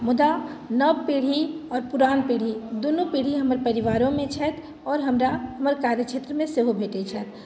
मुदा नव पीढ़ी आओर पुरान पीढ़ी दुनू पीढ़ी हमर परिवारोमे छथि आओर हमरा हमर कार्य क्षेत्रमे सेहो भेटैत छथि